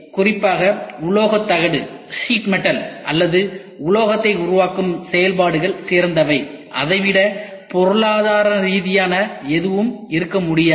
குறிப்பாக உலோகத் தகடு அல்லது உலோகத்தை உருவாக்கும் செயல்பாடுகள் சிறந்தவை அதை விட பொருளாதார ரீதியாக எதுவும் இருக்க முடியாது